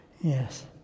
Yes